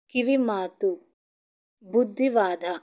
ಕಿವಿಮಾತು ಬುದ್ಧಿವಾದ